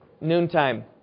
noontime